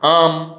आम्